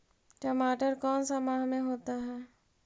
टमाटर कौन सा माह में होता है?